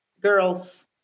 girls